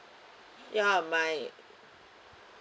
ya my